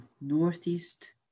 northeast